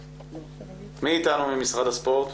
מי איתנו ממשרד הספורט?